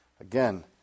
Again